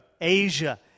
Asia